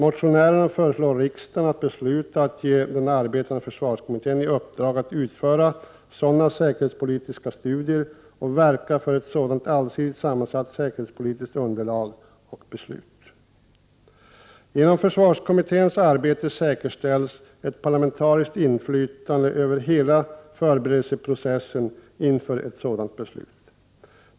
Motionärerna föreslår riksdagen att besluta att ge den arbetande försvarskommittén i uppdrag att utföra sådana säkerhetspolitiska studier och verka för ett sådant allsidigt sammansatt säkerhetspolitiskt underlag och beslut. Genom försvarskommitténs arbete säkerställs ett parlamentariskt inflytande över hela förberedelseprocessen inför ett sådant beslut.